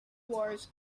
dwarves